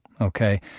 okay